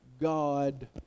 God